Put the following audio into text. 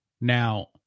Now